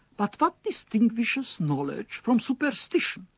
but what distinguishes knowledge from superstition,